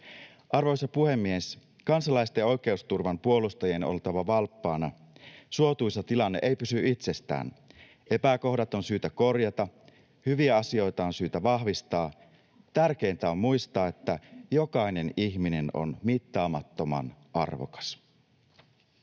Arvoisa puhemies! Kansalaisten oikeusturvan puolustajien on oltava valppaana. Suotuisa tilanne ei pysy itsestään. Epäkohdat on syytä korjata, hyviä asioita on syytä vahvistaa. Tärkeintä on muistaa, että jokainen ihminen on mittaamattoman arvokas.